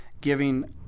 giving